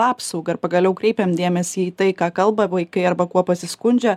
apsaugą ir pagaliau kreipiame dėmesį į tai ką kalba vaikai arba kuo pasiskundžia